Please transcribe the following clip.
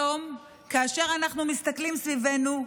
כיום, כאשר אנחנו מסתכלים סביבנו,